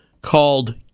called